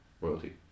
royalty